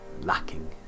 lacking